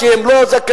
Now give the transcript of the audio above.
כי הם לא זכאים,